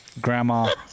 grandma